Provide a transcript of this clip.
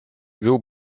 will